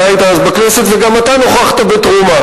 אתה היית אז בכנסת וגם אתה נוכחת בתרומה.